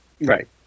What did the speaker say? Right